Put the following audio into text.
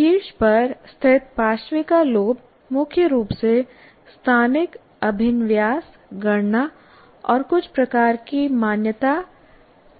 शीर्ष पर स्थित पार्श्विका लोब मुख्य रूप से स्थानिक अभिविन्यास गणना और कुछ प्रकार की मान्यता